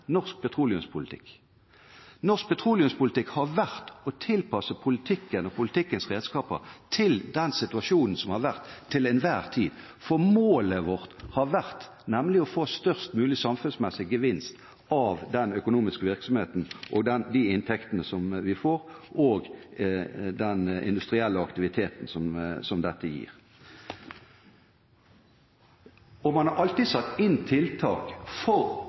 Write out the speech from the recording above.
norsk petroleumspolitikk. Norsk petroleumspolitikk har vært å tilpasse politikken og politikkens redskaper til den situasjonen som har vært til enhver tid, for målet vårt har nemlig vært å få størst mulig samfunnsmessig gevinst av den økonomiske virksomheten og de inntektene som vi får, og den industrielle aktiviteten som dette gir. Man har alltid satt inn tiltak for